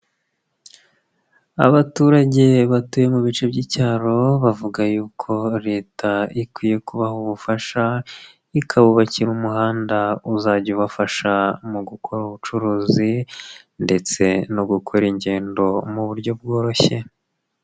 Abaturage batuye mu bice by'icyaro bavuga yuko Leta ikwiye kubaha ubufasha ikabubakira umuhanda uzajya ubafasha mu gukora ubucuruzi ndetse no gukora ingendo mu buryo bworoshye.